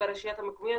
ברשויות המקומיות,